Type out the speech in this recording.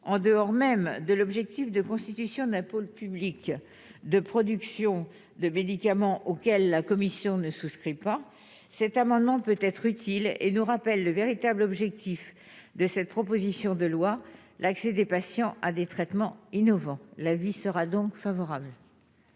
en dehors même de l'objectif de constitution d'un pôle public de production, le médicament auquel la Commission ne souscrit pas cet amendement peut être utile et nous rappelle le véritable objectif de cette proposition de loi l'accès des patients à des traitements innovants l'avis sera donc favorable.